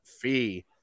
fee